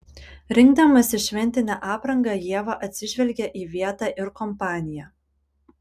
rinkdamasi šventinę aprangą ieva atsižvelgia į vietą ir kompaniją